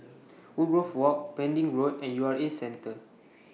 Woodgrove Walk Pending Road and U R A Centre